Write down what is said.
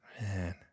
Man